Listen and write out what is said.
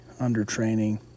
undertraining